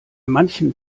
manchen